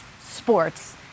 sports